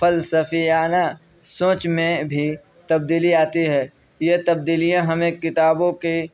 فلسفیانہ سوچ میں بھی تبدیلی آتی ہے یہ تبدیلیاں ہمیں کتابوں کے